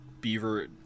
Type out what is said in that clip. beaver